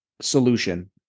solution